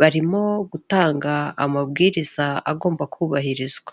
barimo gutanga amabwiriza agomba kubahirizwa.